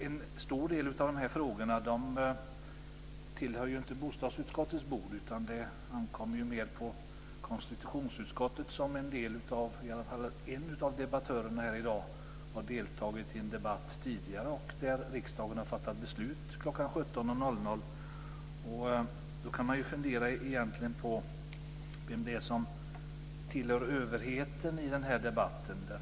En stor del av de här frågorna tillhör inte bostadsutskottets bord, utan det ankommer mer på konstitutionsutskottet där en av debattörerna i dag har deltagit i en debatt tidigare och där riksdagen fattade beslut kl. 17.00 i dag. Man kan fundera på vem det är som tillhör överheten i den här debatten.